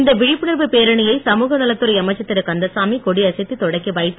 இந்த விழிப்புணர்வு பேரணியை சமூக நலத்துறை அமைச்சர் திருகந்தசாமி கொடியசைத்து தொடக்கிவைத்து